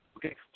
Okay